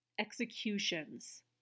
executions